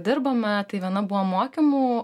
dirbama tai viena buvo mokymų